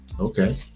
Okay